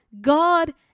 God